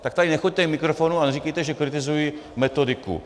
Tak tady nechoďte k mikrofonu a neříkejte, že kritizuji metodiku.